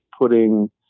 putting